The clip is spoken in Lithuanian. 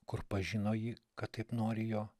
kur pažino jį kad taip nori jo